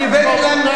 אני הבאתי להם,